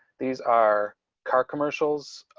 these are car commercials.